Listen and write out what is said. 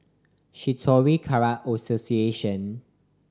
Shitoryu Karate Association